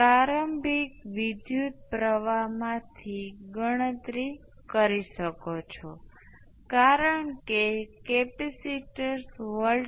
આમ આ બધા I 1 અને I 2 માટે સમયના કાર્ય તરીકેના ઉકેલો છે અને જો આપણી પાસે આંકડાકીય મૂલ્યો હોય તો આપણે તેને બદલી શકીએ છીએ અને સ્ટેપ લાગુ પડે તે પહેલા જ 0 પ્રારંભિક શરત ધારણ કરીએ છીએ જો આપણી પાસે તેની 0 સિવાયની પ્રારંભિક શરતો હોય